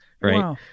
right